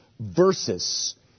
versus